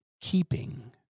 keeping